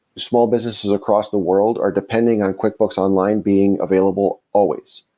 small businesses across the world are depending on quickbooks online being available always,